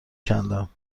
کندم